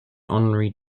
honorary